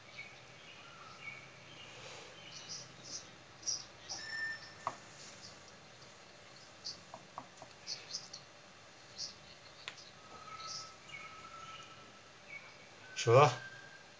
sure